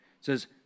says